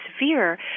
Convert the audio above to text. severe